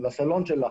לסלון שלך,